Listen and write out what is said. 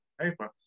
paper